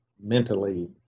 mentally